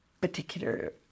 particular